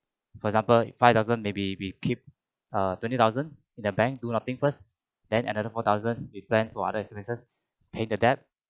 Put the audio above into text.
for example five thousand maybe we keep uh twenty thousand in a bank do nothing first then another four thousand we plan for other expenses pay the debt